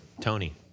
tony